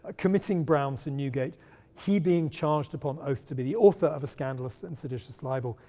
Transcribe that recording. ah committing brown to newgate he being charged upon oath to be the author of a scandalous and seditious libel,